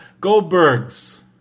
Goldberg's